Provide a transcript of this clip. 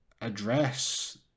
address